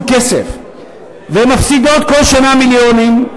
כסף והן מפסידות כל שנה מיליונים,